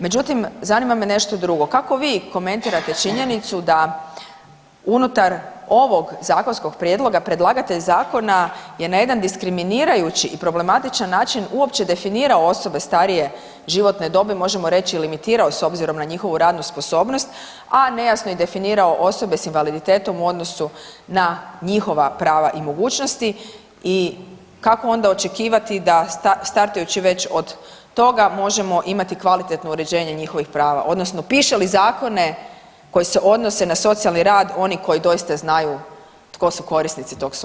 Međutim, zanima me nešto drugo, kako vi komentirate činjenicu da unutar ovog zakonskog prijedloga predlagatelj zakona je na jedan diskriminirajući i problematičan način uopće definirao osobe starije životne dobi, možemo reći limitirao s obzirom na njihovu radnu sposobnost, a nejasno je i definirao osobe s invaliditetom u odnosu na njihova prava i mogućnosti i kako onda očekivati da startajući već od toga možemo imati kvalitetno uređenje njihovih prava odnosno piše li zakone koji se odnose na socijalni rad oni koji doista znaju tko su korisnici tog sutava?